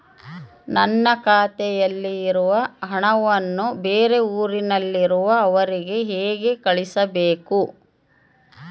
ನನ್ನ ಖಾತೆಯಲ್ಲಿರುವ ಹಣವನ್ನು ಬೇರೆ ಊರಿನಲ್ಲಿರುವ ಅವರಿಗೆ ಹೇಗೆ ಕಳಿಸಬೇಕು?